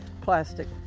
plastic